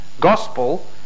Gospel